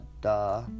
duh